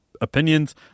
opinions